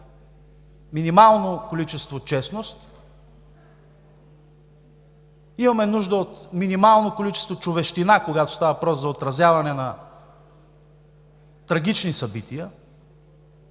минимално количество честност. Имаме нужда от минимално количество човещина, когато става въпрос за отразяване трагични събития.